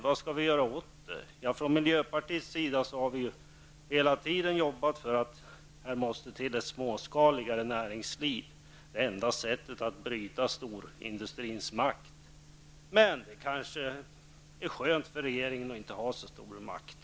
Vad skall vi göra åt det? Från miljöpartiets sida har vi hela tiden jobbat för att få ett småskaligare näringsliv. Det är det enda sättet att bryta storindustrins makt. Men det är kanske skönt för regeringen att inte ha så stor makt.